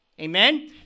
Amen